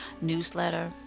newsletter